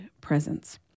presence